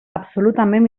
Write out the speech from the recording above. absolutament